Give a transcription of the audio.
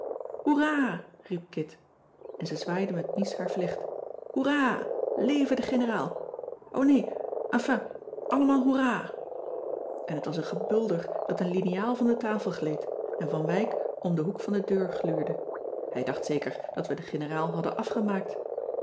hoera riep kit en ze zwaaide met mies haar vlecht hoera leve de generaal o nee enfin allemaal hoera en t was een gebulder dat een liniaal van de tafel gleed en van wijk om den hoek van de deur gluurde hij dacht zeker dat we de generaal hadden afgemaakt